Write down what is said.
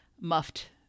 muffed